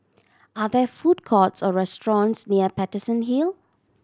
are there food courts or restaurants near Paterson Hill